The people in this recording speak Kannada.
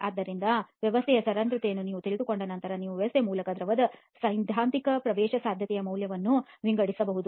ಆದ್ದರಿಂದ ವ್ಯವಸ್ಥೆಯ ಸರಂಧ್ರತೆಯನ್ನು ನೀವು ತಿಳಿದುಕೊಂಡ ನಂತರ ನೀವು ವ್ಯವಸ್ಥೆಯ ಮೂಲಕ ದ್ರವದ ಸೈದ್ಧಾಂತಿಕ ಪ್ರವೇಶಸಾಧ್ಯತೆಯ ಮೌಲ್ಯವನ್ನು ವಿಂಗಡಿಸಬಹುದು